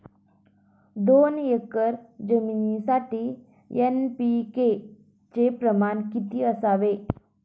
दोन एकर जमीनीसाठी एन.पी.के चे प्रमाण किती असावे?